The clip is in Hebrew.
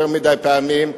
יותר מדי פעמים,